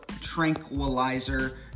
tranquilizer